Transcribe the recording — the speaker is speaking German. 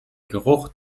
geruch